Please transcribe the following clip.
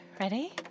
Ready